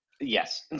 Yes